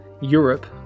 Europe